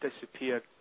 disappeared